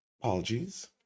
Apologies